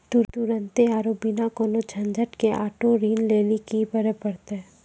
तुरन्ते आरु बिना कोनो झंझट के आटो ऋण लेली कि करै पड़तै?